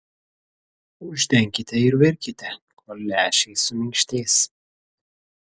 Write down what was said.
uždenkite ir virkite kol lęšiai suminkštės